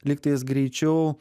lygtais greičiau